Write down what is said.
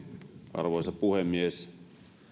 arvoisa puhemies